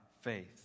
faith